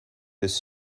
his